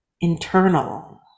internal